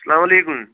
اسلامُ علیکُم